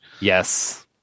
yes